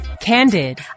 Candid